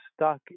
stuck